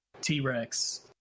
T-Rex